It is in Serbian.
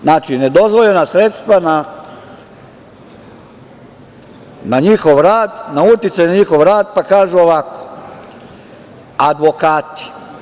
Znači, nedozvoljena sredstva na njihov rad, na uticaj na njihov rada, pa kažu ovako – advokati.